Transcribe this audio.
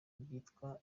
byitwa